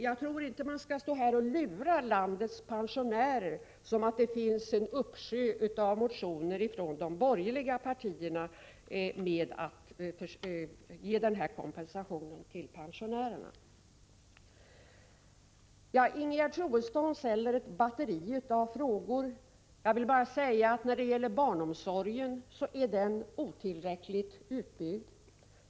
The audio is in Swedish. Jag tror inte att man skall stå här och lura landets pensionärer genom att framställa saken som om det finns en uppsjö av motioner från de borgerliga partierna som går ut på att denna kompensation skall ges nu. Ingegerd Troedsson kom med ett batteri av frågor. Jag vill svara att när det gäller barnomsorgen, så är den otillräckligt utbyggd.